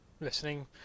listening